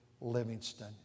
Livingston